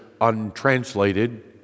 untranslated